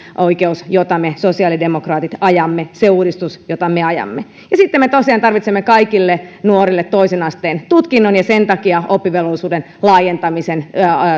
oikeus jota me sosiaalidemokraatit ajamme se uudistus jota me ajamme ja sitten me tosiaan tarvitsemme kaikille nuorille toisen asteen tutkinnon ja sen takia oppivelvollisuuden laajentamisen